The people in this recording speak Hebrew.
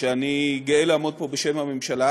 שאני גאה לעמוד פה בשם הממשלה,